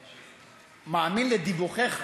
בהחלט מאמין לדיווחיך,